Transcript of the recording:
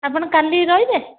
ଆପଣ କାଲି ରହିବେ